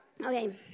Okay